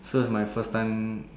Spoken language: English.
so is my first time